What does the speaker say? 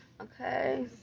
Okay